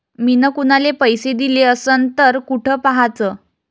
मिन कुनाले पैसे दिले असन तर कुठ पाहाचं?